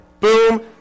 Boom